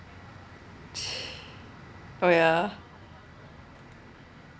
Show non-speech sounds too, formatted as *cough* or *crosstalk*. *noise* oh ya